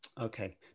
Okay